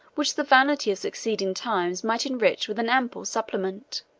which the vanity of succeeding times might enrich with an ample supplement.